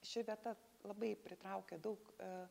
ši vieta labai pritraukia daug a